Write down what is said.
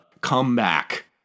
comeback